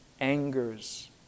angers